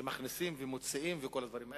שמכניסים ומוציאים וכל הדברים האלה.